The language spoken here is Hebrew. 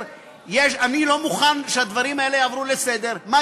אני לא מוכן שעל הדברים האלה יעברו לסדר-היום,